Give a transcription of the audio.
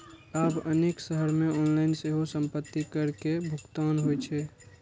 आब अनेक शहर मे ऑनलाइन सेहो संपत्ति कर के भुगतान होइ छै